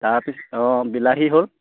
তাৰ পিছত অঁ বিলাহী হ'ল